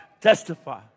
testify